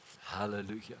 hallelujah